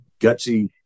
gutsy